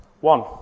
one